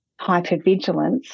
hypervigilance